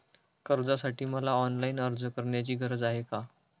कर्जासाठी मला ऑनलाईन अर्ज करण्याची गरज आहे का?